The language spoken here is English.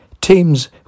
Teams